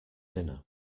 dinner